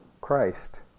Christ